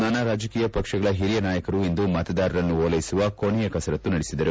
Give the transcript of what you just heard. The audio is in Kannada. ನಾನಾ ರಾಜಕೀಯ ಪಕ್ಷಗಳ ಹಿರಿಯ ನಾಯಕರು ಇಂದು ಮತದಾರರನ್ನು ಓಲೈಸುವ ಕೊನೆಯ ಕಸರತ್ತು ನಡೆಸಿದರು